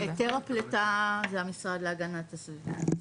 היתר הפליטה זה המשרד להגנת הסביבה.